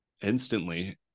instantly